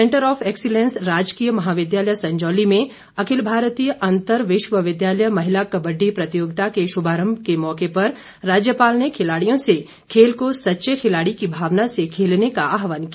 centre of excellence राजकीय महाविद्यालय संजौली में अखिल भारतीय अंतर विश्वविद्यालय महिला कबड्डी प्रतियोगिता के शुभारंभ के मौके पर राज्यपाल ने खिलाड़ियों से खेल को सच्चे खिलाड़ी की भावना से खेलने का आहवान किया